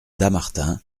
dammartin